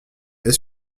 est